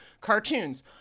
cartoons